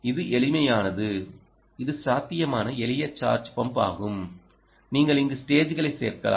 இது எளிமையானது இது சாத்தியமான எளிய சார்ஜ் பம்ப் ஆகும் நீங்கள் இங்கு ஸ்டேஜ்களைச் சேர்க்கலாம்